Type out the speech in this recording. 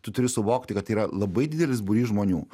tu turi suvokti kad tai yra labai didelis būrys žmonių